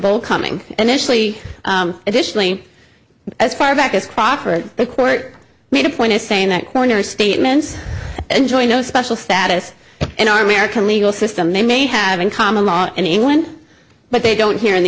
coming initially additionally as far back as crocker the court made a point of saying that corner statements enjoy no special status in our american legal system they may have in common law in england but they don't here in the